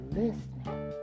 listening